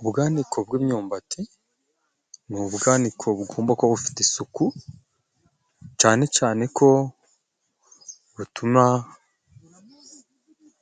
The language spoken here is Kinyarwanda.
Ubwandiko bw'imyumbati ni ubwaniko bugomba kuba bufite isuku, cane cane ko butuma